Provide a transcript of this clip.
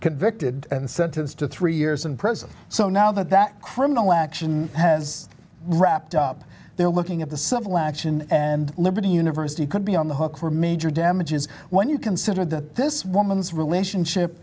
convicted and sentenced to three years in prison so now that that criminal action has wrapped up they're looking at the civil action and liberty university could be on the hook for major damages when you consider that this woman's relationship